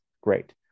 Great